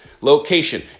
Location